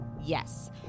Yes